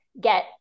get